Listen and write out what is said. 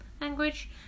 language